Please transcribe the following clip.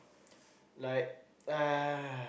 like uh